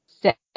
set